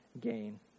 gain